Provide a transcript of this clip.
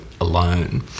alone